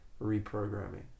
reprogramming